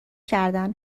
کردن